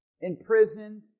imprisoned